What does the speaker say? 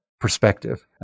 perspective